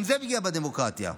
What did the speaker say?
גם זה פגיעה בדמוקרטיה.